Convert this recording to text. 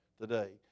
today